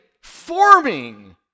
forming